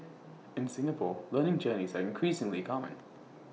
in Singapore learning journeys are increasingly common